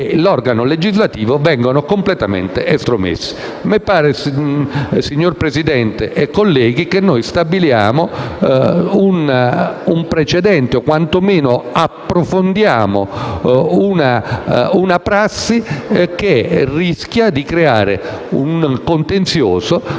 e l'organo legislativo vengono completamente estromessi. A me pare, signor Presidente e colleghi, che si stia stabilendo un precedente o quantomeno si stia consolidando una prassi che rischia di creare un contenzioso foriero